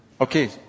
Okay